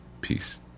peace